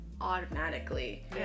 automatically